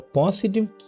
positive